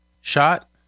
shot